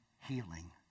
healing